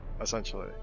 Essentially